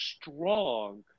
strong